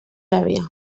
prèvia